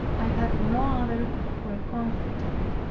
i had no other for a confidant.